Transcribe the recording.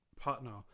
partner